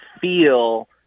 feel